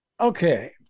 Okay